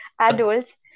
adults